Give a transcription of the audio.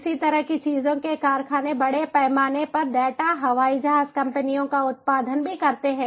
इसी तरह की चीज़ों के कारखाने बड़े पैमाने पर डेटा हवाई जहाज कंपनियों का उत्पादन भी करते हैं